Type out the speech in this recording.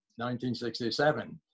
1967